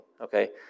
okay